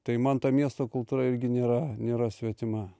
tai man ta miesto kultūra irgi nėra nėra svetima